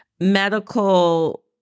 medical